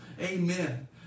Amen